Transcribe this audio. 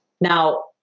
Now